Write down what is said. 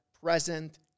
present